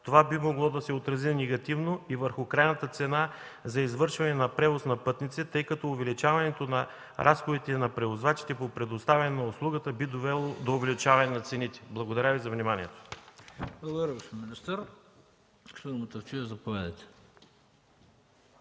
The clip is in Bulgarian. Това би могло да се отрази негативно и върху крайната цена за извършване на превоз на пътници, тъй като увеличаването на разходите на превозвачите по предоставяне на услугата би довело до увеличаване на цените. Благодаря Ви за вниманието.